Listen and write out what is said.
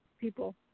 people